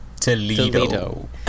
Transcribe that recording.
Toledo